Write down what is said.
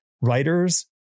writers